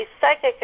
psychic